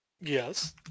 Yes